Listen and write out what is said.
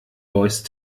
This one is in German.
voice